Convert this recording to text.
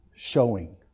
showing